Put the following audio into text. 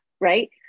right